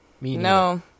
No